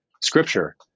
scripture